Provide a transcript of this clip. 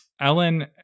Ellen